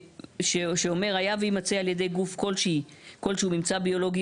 שאומר "היה ויימצא על ידי גוף כלשהוא ממצא ביולוגי